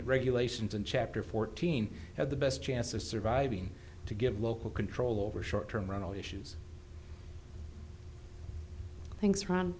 the regulations in chapter fourteen had the best chance of surviving to give local control over short term rental issues thanks ron